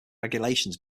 regulations